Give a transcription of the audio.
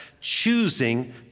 choosing